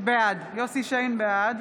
בעד